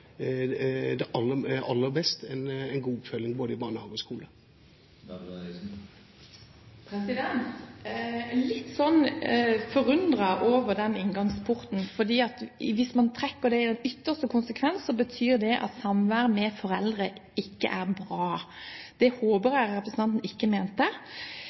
kanskje aller mest trenger en god oppfølging i både barnehage og skole? Jeg er litt forundret over den inngangsporten, for hvis man trekker det i sin ytterste konsekvens, betyr det at samvær med foreldre ikke er bra. Det håper jeg representanten ikke mente.